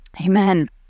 Amen